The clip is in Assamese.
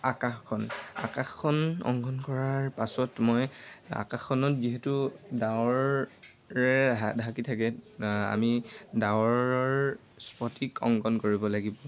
আকাশখন আকাশখন অংকন কৰাৰ পাছত মই আকাশখনত যিহেতু ডাঁৱৰৰ ৰে ঢাকি থাকে আমি ডাঁৱৰৰ স্পতিক অংকন কৰিব লাগিব